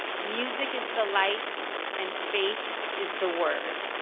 music is the light and faith, is the word.